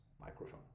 microphone